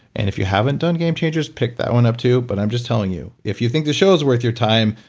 and if you haven't done game changers, pick that one up too. but i'm just telling you, if you think the show's worth your time,